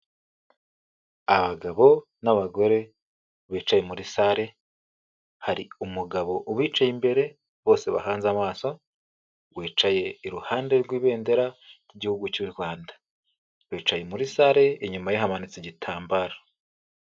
Abagabo n'abagore bicaye muri sale, hari umugabo ubicaye imbere, bose bahanze amaso, wicaye iruhande rw'ibendera ry'Igihugu cy'u Rwanda. Bicaye muri sale, inyuma ye hamanitse igitambaro.